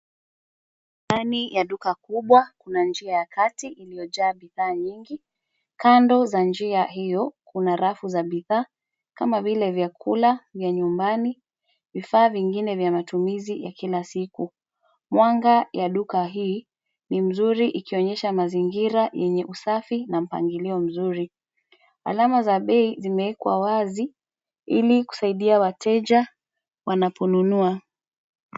Ndani ya duka kubwa kuna njia kati illiyojaa bidhaa nyingi. Kando za njia hio kuna rafu za bidhaa kama vile vyakula vya nyumbani vifaa vingine vya matumizi ya kila siku. Mwanga ya duka hii nzuri ikionyesha mazingira yenye usafi na mpangilio mzuri. Alama za bei zimewekwa wazi ili kuweza kusaidia wateja wanaponunua.